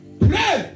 pray